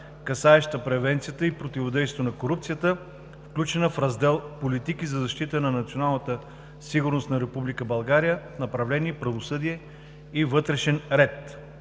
касаеща превенцията и противодействието на корупцията, включена в раздела „Политики за защита на националната сигурност на Република България“, направление „Правосъдие и вътрешен ред“.